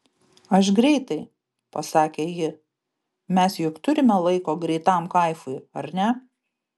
aš greitai pasakė ji mes juk turime laiko greitam kaifui ar ne